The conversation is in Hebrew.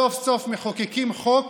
סוף-סוף מחוקקים חוק